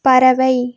பறவை